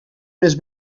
més